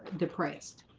depressed